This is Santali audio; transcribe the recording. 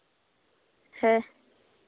ᱦᱮᱸ